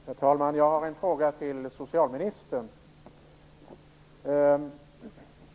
Herr talman! Jag har en fråga till socialministern.